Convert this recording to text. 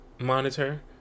monitor